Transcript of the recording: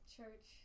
Church